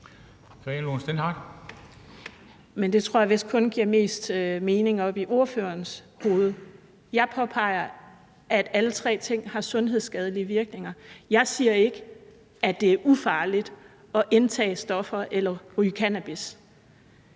Det tror jeg vist kun giver mening oppe i ordførerens hoved. Jeg påpeger, at alle tre ting har sundhedsskadelige virkninger. Jeg siger ikke, at det er ufarligt at indtage stoffer eller ryge cannabis.